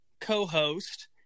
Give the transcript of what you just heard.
co-host